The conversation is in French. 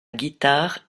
guitare